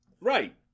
Right